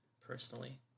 personally